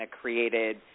created